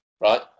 Right